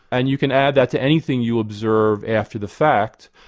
and you can add that to anything you observe after the fact.